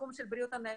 בתחום של בריאות הנפש.